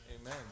Amen